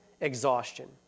Exhaustion